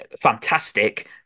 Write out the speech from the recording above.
fantastic